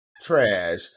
Trash